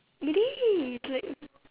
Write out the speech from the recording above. really it's like